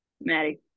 Maddie